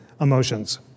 emotions